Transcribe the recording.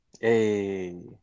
Hey